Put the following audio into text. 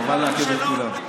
חבל לעכב את כולם.